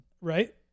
Right